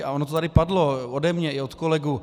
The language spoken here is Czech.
A ono to tady padlo ode mě i od kolegů.